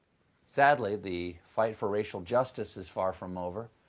sadly, the fight for racial justice is far from over.